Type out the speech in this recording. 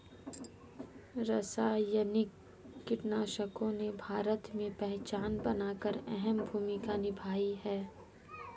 रासायनिक कीटनाशकों ने भारत में पहचान बनाकर अहम भूमिका निभाई है